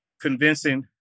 convincing